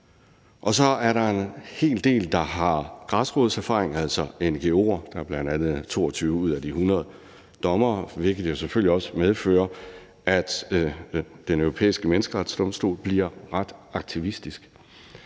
Og så er der en hel del, der har græsrodserfaring, altså fra ngo'er – det drejer sig bl.a. om 22 ud af de 100 dommere – hvilket jo selvfølgelig også medfører, at Den Europæiske Menneskerettighedsdomstol bliver ret aktivistisk.